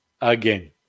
again